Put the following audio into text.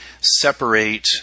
separate